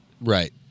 Right